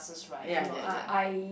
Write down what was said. ya ya ya